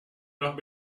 noch